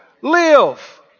live